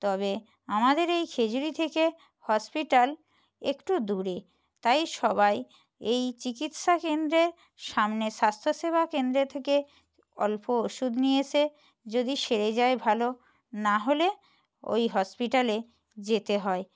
তবে আমাদের এই খেজুরি থেকে হসপিটাল একটু দূরে তাই সবাই এই চিকিৎসা কেন্দ্রের সামনে স্বাস্থ্যসেবা কেন্দ্রে থেকে অল্প ওষুধ নিয়ে এসে যদি সেরে যায় ভালো নাহলে ওই হসপিটালে যেতে হয়